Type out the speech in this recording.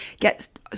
get